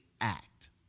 act